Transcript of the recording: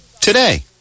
today